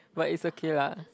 but it's okay lah